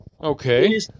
Okay